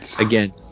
again